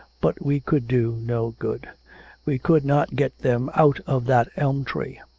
but we could do no good we could not get them out of that elm tree.